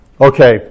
okay